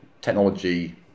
technology